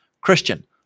Christian